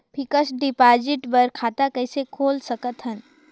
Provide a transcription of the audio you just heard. Fixed deposit बर खाता कइसे खोल सकत हन?